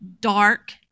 dark